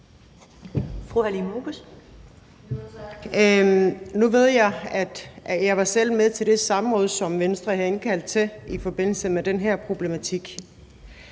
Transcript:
Nu ved jeg, og jeg var selv med til det samråd, som Venstre havde indkaldt til i forbindelse med den her problematik,